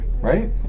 right